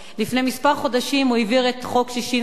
לפני כמה חודשים הוא העביר את חוק ששינסקי.